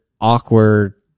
awkward